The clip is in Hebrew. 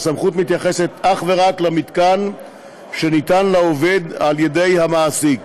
הסמכות מתייחסת אך ורק למתקן שניתן לעובד על ידי המעסיק.